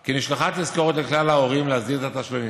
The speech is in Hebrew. כי נשלחה תזכורת לכלל ההורים להזיז את התשלומים.